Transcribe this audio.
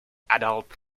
adult